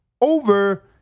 over